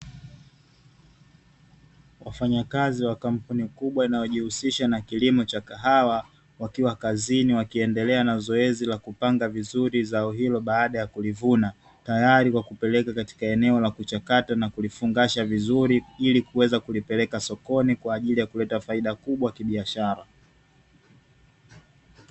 Wafanyakazi wa kampuni kubwa, inayojihusisha na kilimo cha kahawa, wakiwa kazini wakiendelea na zoezi la kupanga zao hilo baada ya kulivuna tayari kulipeleka katika eneo la kulichaka na kulifungasha vizuri kuweza kulipeleka sokoni kwaajili ya kuleta faida kubwa kibiashara.